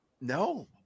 No